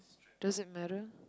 does it matter